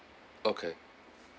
okay